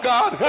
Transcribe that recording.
God